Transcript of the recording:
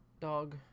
dog